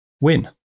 win